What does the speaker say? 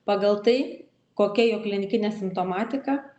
pagal tai kokia jo klinikinė simptomatika